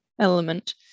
element